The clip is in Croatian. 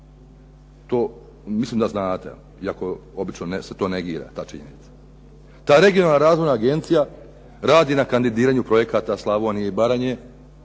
To mislim da to znate iako se ta činjenica obično negira. Ta Regionalna razvojna agencija radi na kandidiranju projekata Slavonije i Baranje